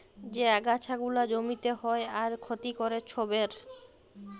যে আগাছা গুলা জমিতে হ্যয় আর ক্ষতি ক্যরে ছবের